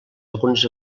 algunes